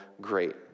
great